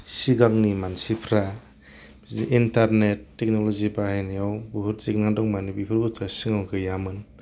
सिगांनि मानसिफ्रा बिदि इन्टारनेट टेकनलजि बाहायनायाव बुहुद जेंना दंमोन माने बेफोर बुस्तुआ सिगाङाव गैयामोन